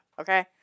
Okay